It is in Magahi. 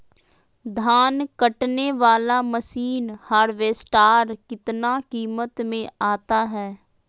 धान कटने बाला मसीन हार्बेस्टार कितना किमत में आता है?